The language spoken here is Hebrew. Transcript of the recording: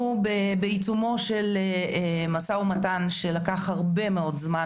אנחנו בעיצומו של משא ומתן שלקח הרבה מאוד זמן.